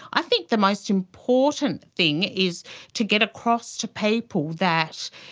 i think the most important thing is to get across to people that